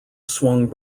swung